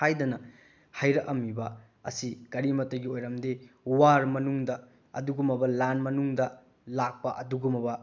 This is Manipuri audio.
ꯍꯥꯏꯗꯅ ꯍꯥꯏꯔꯛꯑꯝꯃꯤꯕ ꯑꯁꯤ ꯀꯔꯤꯃꯇꯒꯤ ꯑꯣꯏꯔꯝꯗꯦ ꯋꯥꯔ ꯃꯅꯨꯡꯗ ꯑꯗꯨꯒꯨꯝꯂꯕ ꯂꯥꯟ ꯃꯅꯨꯡꯗ ꯂꯥꯛꯄ ꯑꯗꯨꯒꯨꯝꯂꯕ